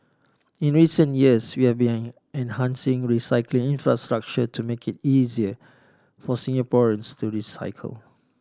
in recent years we have been enhancing recycling infrastructure to make it easier for Singaporeans to recycle